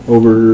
Over